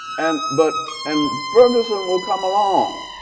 and but and ferguson will come along.